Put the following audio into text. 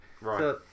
Right